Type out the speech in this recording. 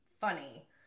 funny